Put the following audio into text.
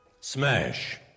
Smash